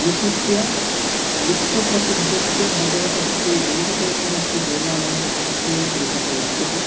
विशिष्य विश्वप्रसिद्धस्य भगवतः श्रीवेङ्कटेश्वरस्य देवालयः अत्रैव तिरुपतौ वर्तते